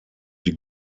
die